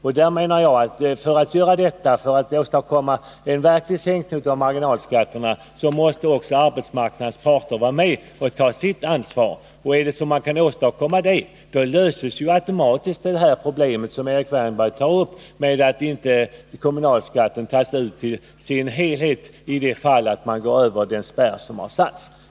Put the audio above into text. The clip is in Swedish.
För att man skall kunna göra det, för att man skall kunna åstadkomma en verklig sänkning av marginalskatterna, måste enligt min mening också arbetsmarknadens parter vara med och ta sitt ansvar. Om det går att åstadkomma detta, löses ju automatiskt det problem som Erik Wärnberg tar upp — att inte kommunalskatten tas ut i sin helhet i de fall då man går över den spärr som har satts.